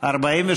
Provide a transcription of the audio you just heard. ההסתייגות?